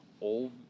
old